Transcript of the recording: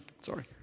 sorry